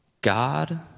God